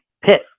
pit